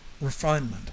refinement